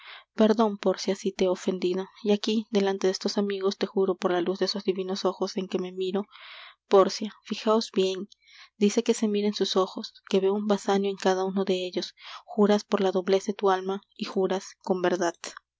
perdon pórcia si te he ofendido y aquí delante de estos amigos te juro por la luz de esos divinos ojos en que me miro pórcia fijaos bien dice que se mira en sus ojos que ve un basanio en cada uno de ellos juras por la doblez de tu alma y juras con verdad